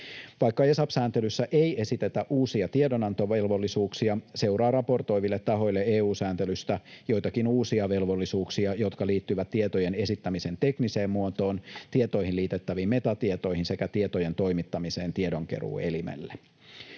Vaikka ESAP-sääntelyssä ei esitetä uusia tiedonantovelvollisuuksia, seuraa raportoiville tahoille EU-sääntelystä joitakin uusia velvollisuuksia, jotka liittyvät tietojen esittämisen tekniseen muotoon, tietoihin liitettäviin metatietoihin sekä tietojen toimittamiseen tiedonkeruuelimelle.